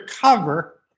cover